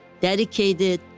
dedicated